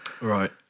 Right